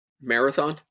marathon